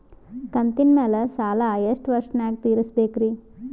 ಕಂತಿನ ಮ್ಯಾಲ ಸಾಲಾ ಎಷ್ಟ ವರ್ಷ ನ್ಯಾಗ ತೀರಸ ಬೇಕ್ರಿ?